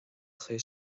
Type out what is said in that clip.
chuir